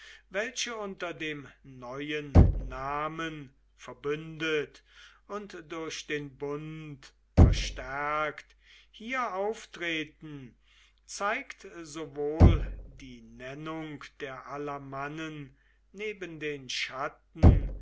welche unter dem neuen namen verbündet und durch den bund verstärkt hier auftreten zeigt sowohl die nennung der alamannen neben den chatten